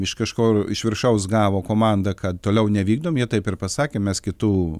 iš kažkur iš viršaus gavo komandą kad toliau nevykdom jie taip ir pasakė mes kitų